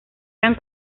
eran